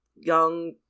young